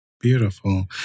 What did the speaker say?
beautiful